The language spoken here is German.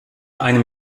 einem